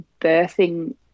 birthing